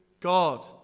God